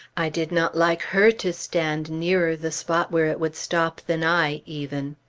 i did not like her to stand nearer the spot where it would stop than i, even.